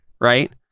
right